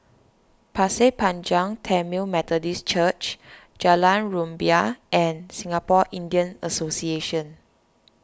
Pasir Panjang Tamil Methodist Church Jalan Rumbia and Singapore Indian Association